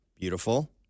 Beautiful